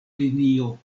linio